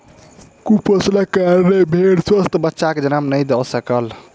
कुपोषणक कारणेँ भेड़ स्वस्थ बच्चाक जन्म नहीं दय सकल